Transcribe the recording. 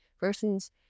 Versus